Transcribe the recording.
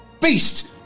Beast